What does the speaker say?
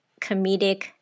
comedic